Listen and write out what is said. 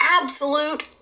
absolute